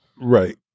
right